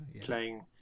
playing